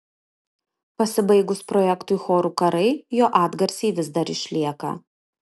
pasibaigus projektui chorų karai jo atgarsiai vis dar išlieka